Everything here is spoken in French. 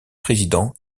président